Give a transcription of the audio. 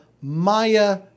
Maya